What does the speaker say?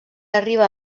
arriba